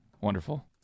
Wonderful